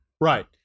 Right